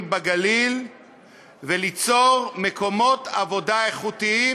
בגליל וליצור מקומות עבודה איכותיים